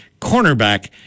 cornerback